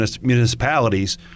municipalities